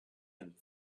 and